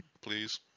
please